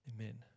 Amen